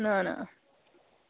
نَہ نَہ